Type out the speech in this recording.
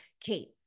Kate